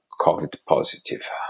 COVID-positive